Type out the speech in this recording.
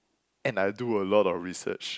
and I do a lot of research